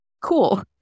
cool